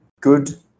good